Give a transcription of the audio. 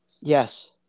Yes